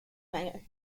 mayo